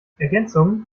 ergänzungen